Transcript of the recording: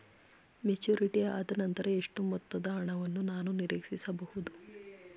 Maturity ಆದನಂತರ ಎಷ್ಟು ಮೊತ್ತದ ಹಣವನ್ನು ನಾನು ನೀರೀಕ್ಷಿಸ ಬಹುದು?